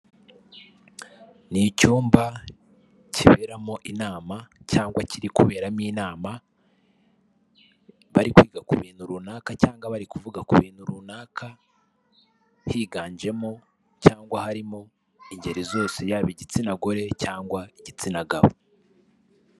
Ni icyumba kiberamo inama cyangwa kiri kuberamo inama bari kwiga ku bintu runaka cyangwa bari kuvuga ku bintu runaka higanjemo cyangwa harimo ingeri zose yaba igitsina gore cyangwa igitsina gabo.